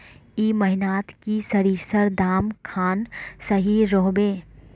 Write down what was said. ए महीनात की सरिसर दाम खान सही रोहवे?